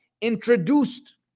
introduced